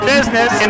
Business